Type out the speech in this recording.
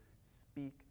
speak